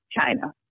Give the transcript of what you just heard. China